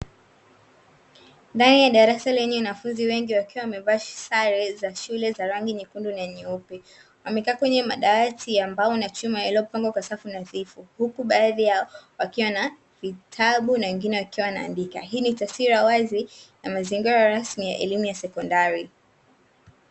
Ndani ya darasa lenye wanafunzi wengi, wakiwa wamevaa sare za shule za rangi nyekundu na nyeupe. Wamekaa kwenye madawati ya mbao na chuma, yaliyopangwa kwa safu nadhifu, huku baadhi yao wakiwa na vitabu na wengine wakiwa wanaandika. Hii ni taswira ya wazi ya mazingira rasmi ya elimu ya sekondari.